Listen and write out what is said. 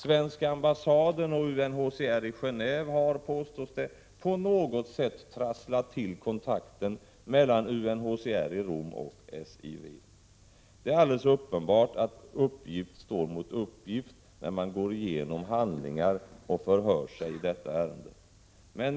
Svenska ambassaden och UNHCR i Genéve har, påstås det, på något sätt trasslat till kontakten mellan UNHCR i Rom och SIV. Det är alldeles uppenbart att uppgift står mot uppgift. Det märker man när man går igenom handlingar och förhör sig i detta ärende.